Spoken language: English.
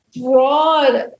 broad